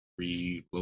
reload